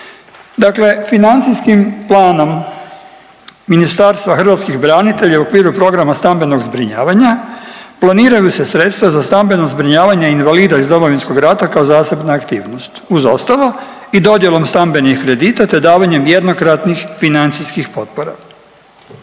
Dakle, financijskim planom Ministarstva hrvatskih branitelja u okviru programa stambenog zbrinjavanja planiraju se sredstva za stambeno zbrinjavanje invalida iz Domovinskog rata kao zasebna aktivnost uz ostalo i dodjelom stambenih kredita te davanjem jednokratnih financijskih potpora.